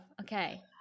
okay